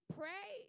pray